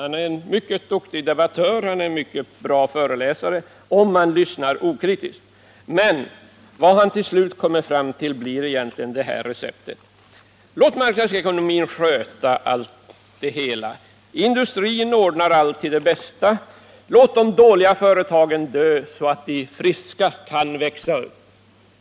Han är en mycket duktig debattör och en mycket bra föreläsare — om man lyssnar okritiskt. Men vad han till slut kommer fram till blir egentligen det här receptet: Låt marknadsekonomin sköta det hela! Industrin ordnar allt till det bästa. Låt de dåliga företagen dö, så att de friska kan växa upp!